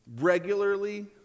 regularly